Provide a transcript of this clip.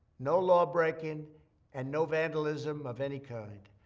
no lawbreaking and no vandalism of any kind.